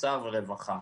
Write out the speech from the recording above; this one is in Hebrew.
אוצר ורווחה.